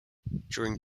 during